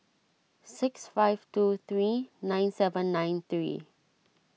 six five two three nine seven nine three